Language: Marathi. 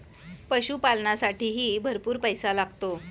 पशुपालनालासाठीही भरपूर पैसा लागतो